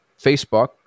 Facebook